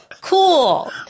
Cool